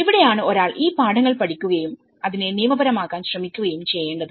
ഇവിടെയാണ് ഒരാൾ ഈ പാഠങ്ങൾ പഠിക്കുകയും അതിനെ നിയമപരമാക്കാൻ ശ്രമിക്കുകയും ചെയ്യേണ്ടത്